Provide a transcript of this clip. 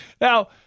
Now